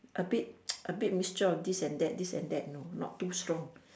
a bit a bit mixture of this and that this and that know not too strong